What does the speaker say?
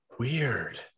weird